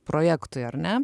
projektui ar ne